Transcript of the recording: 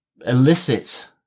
elicit